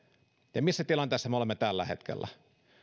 ja missä tilanteessa me olemme tällä hetkellä